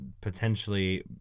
potentially